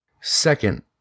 Second